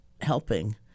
helping